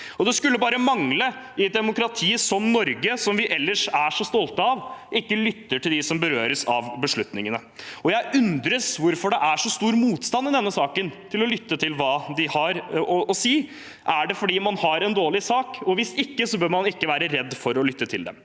Det skulle bare mangle i et demokrati som Norge, som vi ellers er så stolte av, at vi lytter til dem som berøres av beslutningene. Jeg undres hvorfor det er så stor motstand i denne saken til å lytte til hva de har å si. Er det fordi man har en dårlig sak? Hvis ikke, bør man ikke være redd for å lytte til dem.